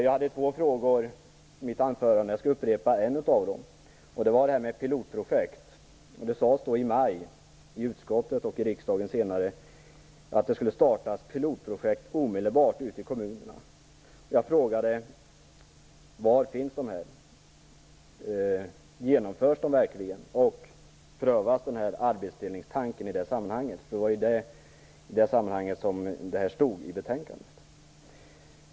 Jag ställde två frågor i mitt anförande, och jag skall upprepa en av dem som handlade om pilotprojekt. Det sades i maj i utskottet och senare här i kammaren att det omedelbart skulle startas pilotprojekt ute i kommunerna. Jag frågade: Var finns dessa? Kommer de verkligen att genomföras? Prövas arbetsdelningstanken i detta sammanhang? Det sistnämnda stod det ju om i betänkandet.